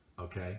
Okay